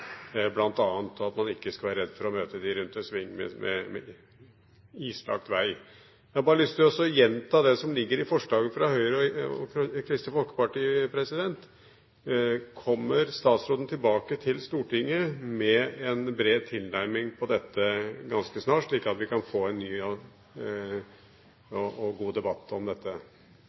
bl.a., at man ikke skal være redd for å møte dem rundt en sving på islagt vei. Jeg har bare lyst til å gjenta det som ligger i forslaget fra Høyre og Kristelig Folkeparti. Kommer statsråden tilbake til Stortinget med en bred tilnærming av dette ganske snart, slik at vi kan få en ny og god debatt om dette?